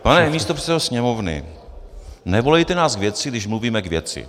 Pane místopředsedo Sněmovny, nevolejte nás k věci, když mluvíme k věci.